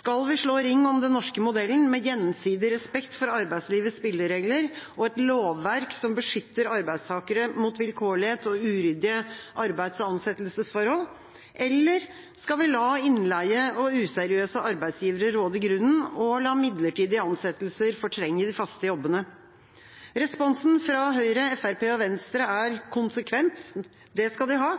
Skal vi slå ring om den norske modellen, med gjensidig respekt for arbeidslivets spilleregler og et lovverk som beskytter arbeidstakere mot vilkårlighet og uryddige arbeids- og ansettelsesforhold? Eller skal vi la innleie og useriøse arbeidsgivere råde grunnen og la midlertidige ansettelser fortrenge de faste jobbene? Responsen fra Høyre, Fremskrittspartiet og Venstre er konsekvent, det skal de ha: